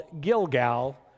Gilgal